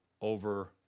over